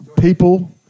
people